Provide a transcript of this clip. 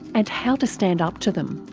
and how to stand up to them.